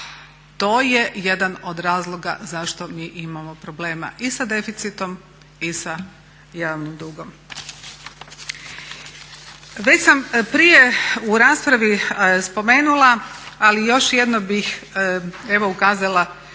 To je jedan od razloga zašto mi imamo problema i sa deficitom i sa javnim dugom. Već sam prije u raspravi spomenula ali još jednom bih evo ukazala